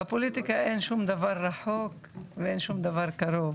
רשימת האיחוד הערבי): בפוליטיקה אין שום דבר רחוק ואין שום דבר קרוב,